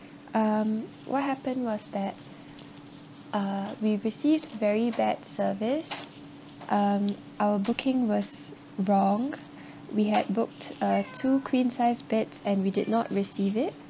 um what happened was that uh we received very bad service um our booking was wrong we had booked uh two queen size beds and we did not receive it